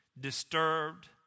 disturbed